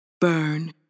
Burn